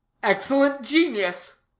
excellent genius!